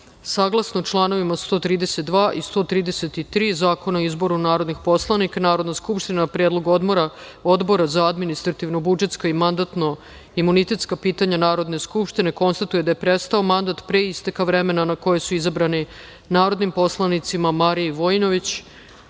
članovima 132. i 133. Zakona o izboru narodnih poslanika, Narodna skupština, na predlog Odbora za administrativno-budžetska i mandatno-imunitetska pitanja Narodne skupštine konstatuje da je prestao mandat pre isteka vremena na koje su izabrani narodnim poslanicima Mariji Vojinović,